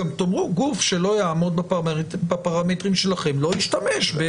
גם תאמרו גוף שלא יעמוד בפרמטרים שלכם לא ישתמש.